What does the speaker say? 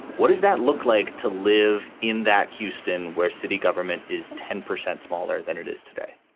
what does that look like to live in that houston where city government is ten percent smaller than it is today?